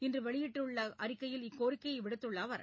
இன்று வெளியிட்டுள்ள அறிக்கையில் இக்கோரிக்கையை விடுத்துள்ள அவர்